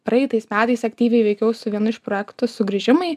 praeitais metais aktyviai veikiau su vienu iš projektų sugrįžimai